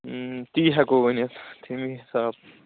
تی ہیکو ؤنِتھ تمی حِساب